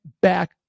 back